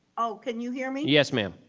oh, can you hear me? yes, ma'am.